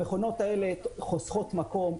המכונות האלה חוסכות מקום,